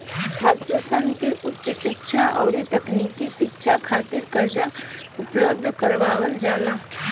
छात्रसन के उच शिक्षा अउरी तकनीकी शिक्षा खातिर कर्जा उपलब्ध करावल जाला